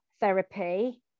therapy